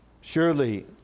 surely